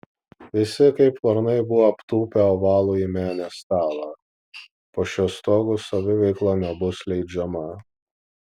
visi kaip varnai buvo aptūpę ovalųjį menės stalą po šiuo stogu saviveikla nebus leidžiama